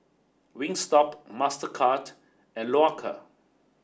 Wingstop Mastercard and Loacker